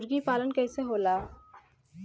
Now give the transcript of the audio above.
मुर्गी पालन कैसे होला?